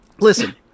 listen